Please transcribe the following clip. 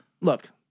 Look